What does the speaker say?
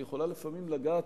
היא יכולה לפעמים לגעת,